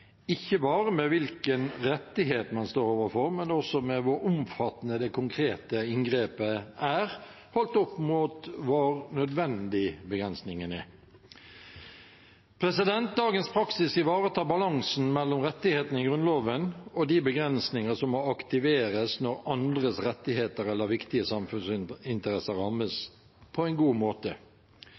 ikke bare med hvilken rettighet man står overfor, men også med hvor omfattende det konkrete inngrepet er, holdt opp mot hvor nødvendig begrensningen er. Dagens praksis ivaretar balansen mellom rettighetene i Grunnloven og de begrensninger som må aktiveres når andres rettigheter eller viktige samfunnsinteresser rammes, på en god måte.